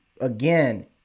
again